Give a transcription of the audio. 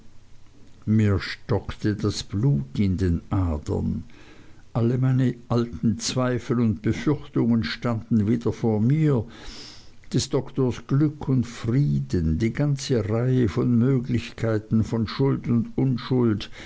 mir stockte das blut in den adern alle meine alten zweifel und befürchtungen standen wieder vor mir des doktors glück und frieden die ganze reihe von möglichkeiten von schuld und unschuld